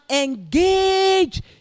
engage